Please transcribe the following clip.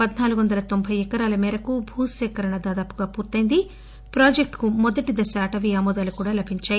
పద్సాలుగు వందల తొంబై ఎకరాల మేరకు భూసేకరణ దాదాపుగా పూర్తయింది ప్రాజెక్టుకు మొదటి దశ అటవీ ఆమోదాలు కూడా లభించాయి